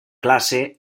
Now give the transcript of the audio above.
classe